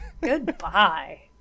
goodbye